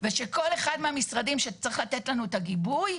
ושכל אחד מהמשרדים שצריך לתת לנו את הגיבוי,